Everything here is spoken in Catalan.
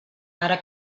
ara